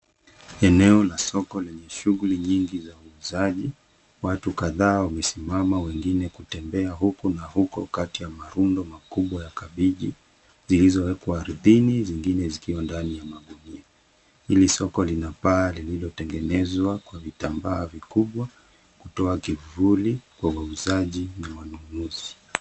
Eneo la solo lenye shughuli nyingi za uuzaji . Watu kadhaa wamesimama, wengine kutembea huku na huko kati ya marundo makubwa ya kabeji zilizo wekwa ardhini, zingine zikiwa ndani ya mangunia. Hili solo lina paa lililo tengenezwa kwa vitambaa vikubwa kutoa kivuli kwa wauzaji na wanunuzi.